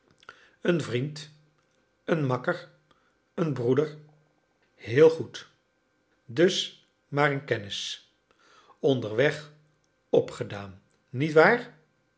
een vriend een makker een broeder heel goed dus maar een kennis onderweg opgedaan niet waar